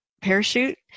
Parachute